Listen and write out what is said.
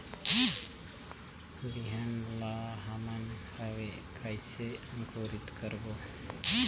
बिहान ला हमन हवे कइसे अंकुरित करबो?